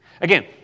Again